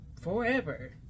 forever